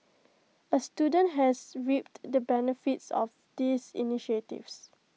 A student has reaped the benefits of these initiatives